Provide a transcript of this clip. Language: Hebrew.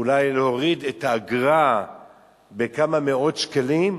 אולי להוריד את האגרה בכמה מאות שקלים.